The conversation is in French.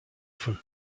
feu